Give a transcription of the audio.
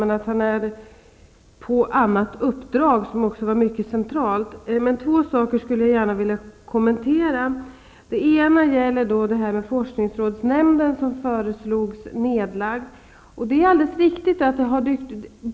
Han är ute på ett annat uppdrag som också är mycket centralt. Men jag skulle gärna vilja kommentera två saker. Den ena gäller forskningsrådsnämnden som föreslogs läggas ned. Det är alldeles riktigt att ett sådant förslag har dykt upp.